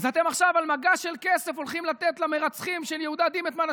אתם עכשיו הולכים לתת על מגש של כסף למרצחים של יהודה דימנטמן,